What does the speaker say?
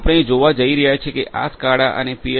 તેથી આપણે જોવા જઈ રહ્યા છીએ કે આ સ્કાડા અને પી